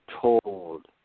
told